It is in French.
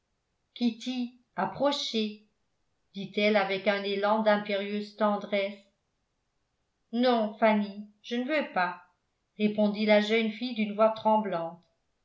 approchez dit-elle avec un élan d'impérieuse tendresse non fanny je ne veux pas répondit la jeune fille d'une voix tremblante